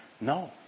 no